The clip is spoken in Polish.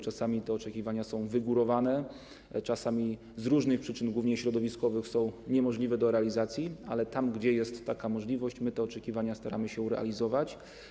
Czasami te oczekiwania są wygórowane, czasami z różnych przyczyn, głównie środowiskowych, są niemożliwe do realizacji, ale tam, gdzie jest taka możliwość, my te oczekiwania staramy się realizować.